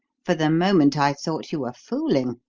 for the moment i thought you were fooling,